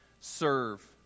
Serve